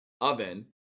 oven